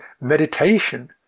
meditation